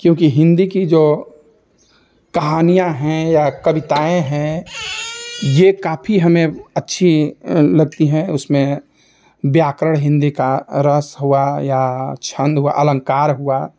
क्योंकि हिंदी की जो कहानियाँ है या कविताएँ हैं ये काफ़ी हमें अच्छी लगती है उसमें व्याकरण हिंदी का रस हुआ या छंद हुआ अलंकार हुआ